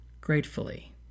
gratefully